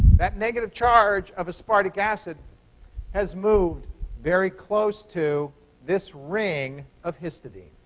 that negative charge of aspartic acid has moved very close to this ring of histidine.